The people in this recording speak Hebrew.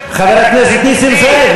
חבר הכנסת נסים זאב,